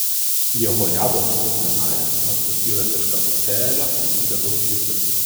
jehojados sūnus benajas narsus vyras iš kabceelio įvykdė daug žygdarbių